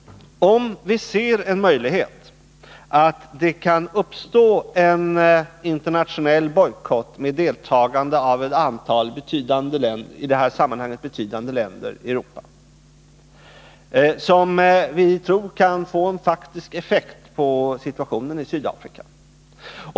Låt oss anta att vi ser en möjlighet till en internationell bojkott, med deltagande av ett antal i detta sammanhang betydande länder i Europa, som vi tror kan få en faktisk effekt på situationen i Sydafrika.